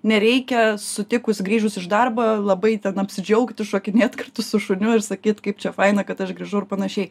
nereikia sutikus grįžus iš darbo labai ten apsidžiaugti šokinėt kartu su šuniu ir sakyt kaip čia faina kad aš grįžau ir panašiai